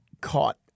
caught